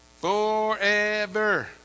Forever